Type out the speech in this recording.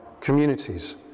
communities